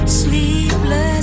sleepless